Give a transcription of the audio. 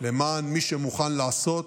למען מי שמוכן לעשות